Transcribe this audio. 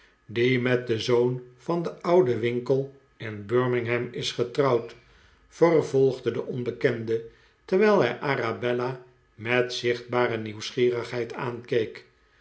die met den zoon van den ouden winkle in birmingham is getrouwd vervolgde de onbekende terwijl hij arabella met zichtbare nieuwsgierigheid aankeek